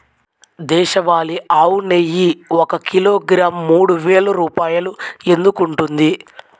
దేశవాళీ ఆవు నెయ్యి ఒక కిలోగ్రాము మూడు వేలు రూపాయలు ఎందుకు ఉంటుంది?